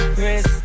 Chris